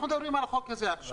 אנחנו מדברים על החוק הזה עכשיו.